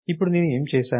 ఇప్పుడు నేను ఏమి చేసాను